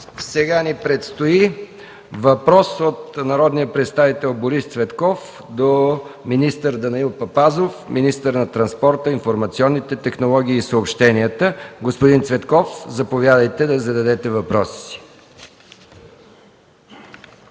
Сега ни предстои въпрос от народния представител Борис Цветков към министър Данаил Папазов – министър на транспорта, информационните технологии и съобщенията. Господин Цветков, заповядайте да зададете въпроса